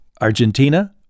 Argentina